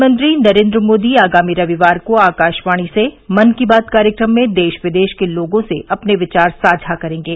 प्रधानमंत्री नरेन्द्र मोदी आगामी रविवार को आकाशवाणी से मन की बात कार्यक्रम में देश विदेश के लोगों से अपने विचार साझा करेंगे